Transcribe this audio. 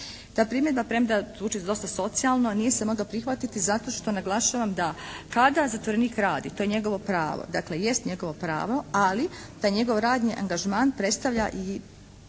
Ta primjedba premda zvuči dosta socijalno nije se mogla prihvatiti zato što naglašavam da kada zatvorenik radi to je njegovo pravo, dakle jest njegovo pravo ali taj njegov radni angažman predstavlja i